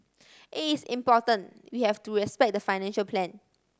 it is important we have to respect the financial plan